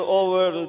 over